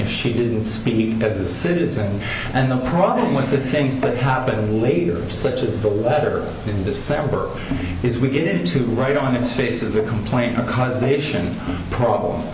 if she didn't speak as a citizen and the problem with the things that happened later such as the letter in december is we get into right on its face of a complaint a conversation problem